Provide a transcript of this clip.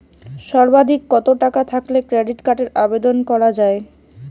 সর্বাধিক কত টাকা থাকলে ক্রেডিট কার্ডের আবেদন করা য়ায়?